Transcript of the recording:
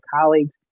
colleagues